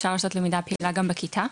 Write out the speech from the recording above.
אפשר לעשות למידה פעילה גם בכיתה,